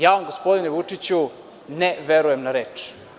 Ja vam, gospodine Vučiću, ne verujem na reč.